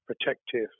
protective